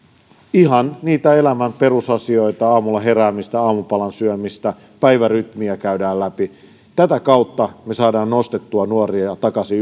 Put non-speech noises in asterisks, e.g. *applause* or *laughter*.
ihan niitä elämän perusasioita aamulla heräämistä aamupalan syömistä päivärytmiä käydään läpi tätä kautta me saamme nostettua nuoria takaisin *unintelligible*